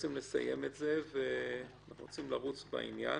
רוצים לסיים את זה ואנחנו רוצים לרוץ בעניין.